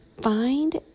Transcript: Find